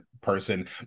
person